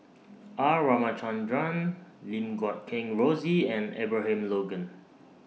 R Ramachandran Lim Guat Kheng Rosie and Abraham Logan